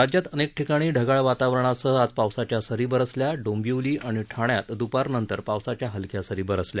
राज्यात अनेक ठिकाणी ढगाळ वातावरणासह आज पावसाच्या सरी बरसल्या डोंबिवली आणि ठाण्यात दुपारनंतर पावसाच्या हलक्या सरी बरसल्या